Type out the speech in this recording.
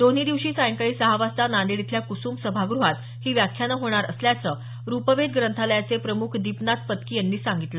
दोन्ही दिवशी सायंकाळी सहा वाजता नांदेड इथल्या कुसुम सभागृहात ही व्याख्यानं होणार असल्याचं रूपवेध ग्रंथालयाचे प्रमुख दीपनाथ पत्की यांनी सांगितलं